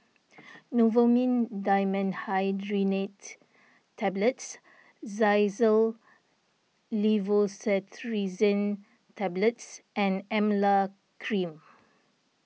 Novomin Dimenhydrinate Tablets Xyzal Levocetirizine Tablets and Emla Cream